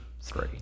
three